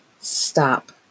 stop